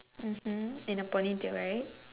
mmhmm and a ponytail right